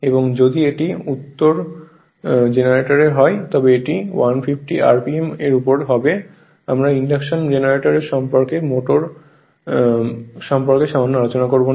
এবং যদি এটি উত্তর জেনারেটর হয় তবে এটি 1500 RPM উপরে হবে আমরা ইন্ডাকশন জেনারেটর সম্পর্কে মোটর সম্পর্কে সামান্য আলোচনা করব না